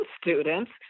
students